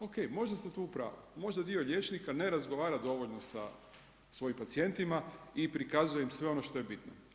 Ok, možda ste tu u pravu, možda dio liječnika ne razgovara dovoljno sa svojim pacijentima i prikazuje im sve ono što je bitno.